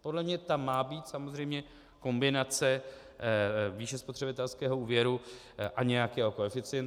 Podle mě tam má být samozřejmě kombinace výše spotřebitelského úvěru a nějakého koeficientu.